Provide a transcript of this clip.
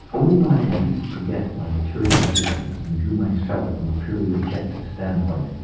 only when i completely forget my material existence and view myself from a purely objective standpoint,